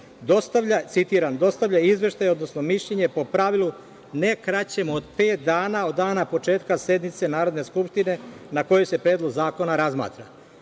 dostavlja izveštaj, odnosno mišljenje po pravilu ne kraćem od pet dana od dana početka sednice Narodne skupštine na kojoj se predlog zakona razmatra.